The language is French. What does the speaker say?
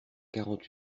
quarante